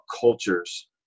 cultures